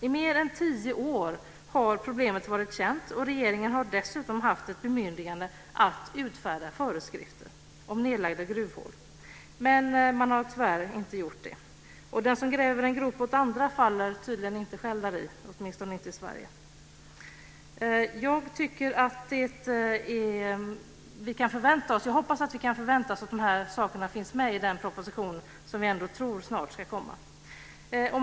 I mer än tio år har problemet varit känt. Dessutom har regeringen haft ett bemyndigande att utfärda föreskrifter om nedlagda gruvhål. Tyvärr har man inte gjort det. Den som gräver en grop åt andra faller tydligen inte själv däri - åtminstone inte i Jag hoppas att vi kan förvänta oss att de här sakerna finns med i den proposition som vi ändå tror ska komma snart.